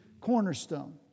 cornerstone